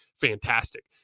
fantastic